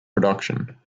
production